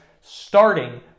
starting